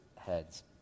heads